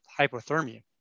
hypothermia